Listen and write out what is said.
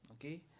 okay